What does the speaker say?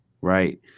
Right